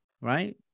Right